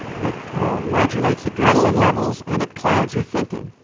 it modulates adrenaline levels and it clouds your thinking.